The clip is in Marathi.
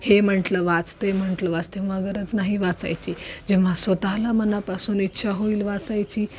हे म्हंटलं वाच ते म्हंटलं वाच ते वाच गरज नाही वाचायची जेव्हा स्वतःला मनापासून इच्छा होईल वाचायची